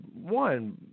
one